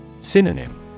Synonym